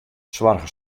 soarge